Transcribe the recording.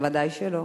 ודאי שלא,